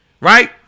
right